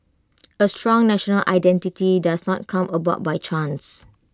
A strong national identity does not come about by chance